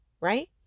right